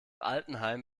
altenheim